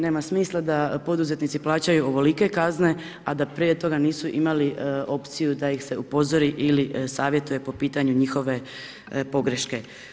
Nema smisla da poduzetnici plaćaju ovolike kazne, a da prije toga nisu imali opciju da ih se upozori ili savjetuje po pitanju njihove pogreške.